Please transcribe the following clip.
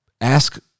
ask